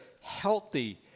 healthy